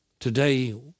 Today